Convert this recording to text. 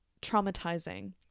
traumatizing